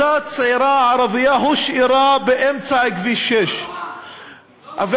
ואותה צעירה ערבייה הושארה באמצע כביש 6. לא נורא.